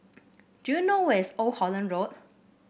do you know where is Old Holland Road